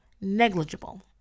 Negligible